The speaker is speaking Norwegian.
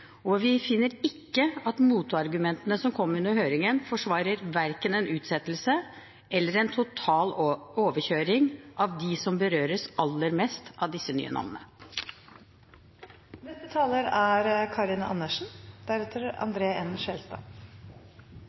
og vi finner ikke at motargumentene som kom under høringen, forsvarer verken en utsettelse eller en total overkjøring av dem som berøres aller mest av disse nye